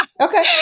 Okay